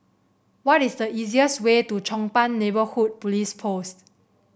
what is the easiest way to Chong Pang Neighbourhood Police Post